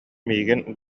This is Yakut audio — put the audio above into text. миигин